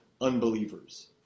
unbelievers